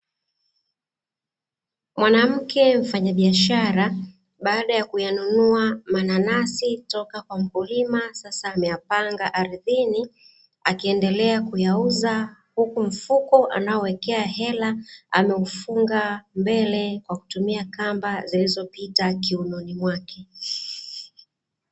Mwanamake mfanyabiashara baada ya kuyanunua mananasi toka kwa mkulima sasa ameyapanga ardhini, akiendelea kuyauza huku mfuko anaowekea hela ameufunga mbele kwa kutumia kamba zilizopita kiunoni mwake.